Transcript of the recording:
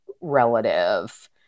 relative